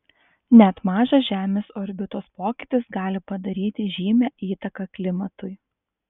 net mažas žemės orbitos pokytis gali padaryti žymią įtaką klimatui